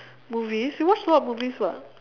movies you watch a lot of movies [what]